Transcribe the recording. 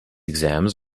exams